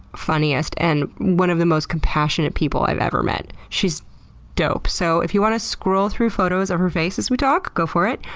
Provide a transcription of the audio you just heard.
funniest and one of the most compassionate people i've ever met. she's dope. so if you want to scroll through photos of her face as we talk, go for it.